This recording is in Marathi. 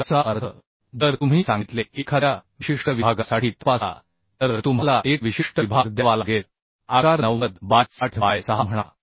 याचा अर्थ जर तुम्ही सांगितले की एखाद्या विशिष्ट विभागासाठी तपासा तर तुम्हाला एक विशिष्ट विभाग द्यावा लागेल आकार 90 बाय 60 बाय 6 म्हणा